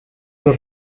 los